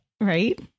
right